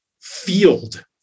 field